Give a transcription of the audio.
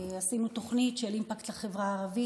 עשינו תוכנית של אימפקט לחברה הערבית,